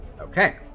Okay